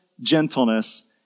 gentleness